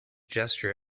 gesture